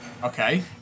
Okay